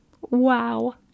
Wow